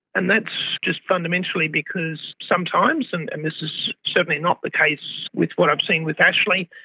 and that's just fundamentally because sometimes, and and this is certainly not the case with what i've seen with ashley,